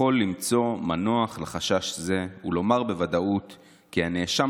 יכול למצוא מנוח לחשש זה ולומר בוודאות כי הנאשם